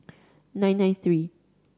nine nine three